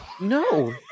no